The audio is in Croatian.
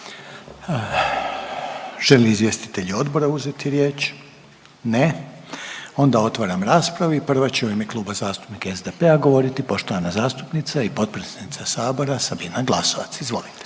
li izvjestitelji odbora uzeti riječ? Ne. Onda otvaram raspravu i prva će u ime Kluba zastupnika SDP-a, govoriti poštovana zastupnica i potpredsjednica sabora Sabina Glasovac. Izvolite.